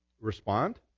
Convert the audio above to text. respond